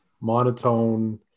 monotone